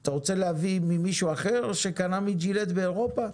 אתה רוצה להביא ממישהו אחר שקנה מג'ילט באירופה?